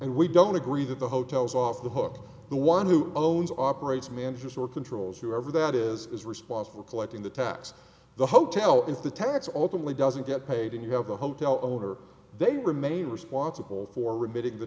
we don't agree that the hotels off the hook the one who owns operates managers or controls whoever that is is responsible collecting the tax the hotel is the tax alternately doesn't get paid if you have a hotel owner they remain responsible for remitting the